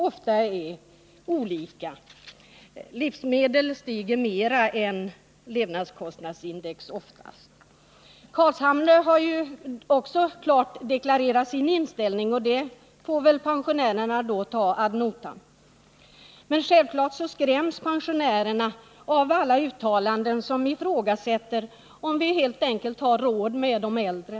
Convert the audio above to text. Dessa priser stiger oftast mera än vad levnadskostnadsindex gör. Också herr Carlshamre har klart deklarerat sin inställning, och den får väl pensionärerna ta ad notam. Men självfallet skräms pensionärerna av alla uttalanden som ifrågasätter om vi' helt enkelt har råd med de äldre.